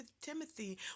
Timothy